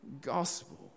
gospel